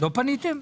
לא פניתם?